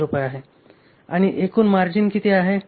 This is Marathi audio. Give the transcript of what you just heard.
5 रुपये आहे आणि एकूण मार्जिन किती आहे